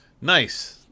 nice